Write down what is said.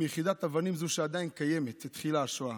מיחידת אבנים זו, שעדיין קיימת, התחילה השואה.